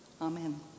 Amen